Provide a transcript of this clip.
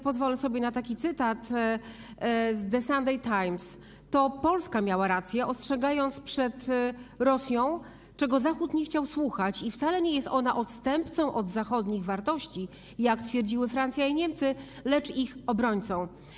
Pozwolę sobie przytoczyć cytat z ˝The Sunday Times˝: To Polska miała rację, ostrzegając przed Rosją, czego Zachód nie chciał słuchać, i wcale nie jest ona odstępcą od zachodnich wartości, jak twierdziły Francja i Niemcy, lecz ich obrońcą.